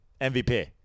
MVP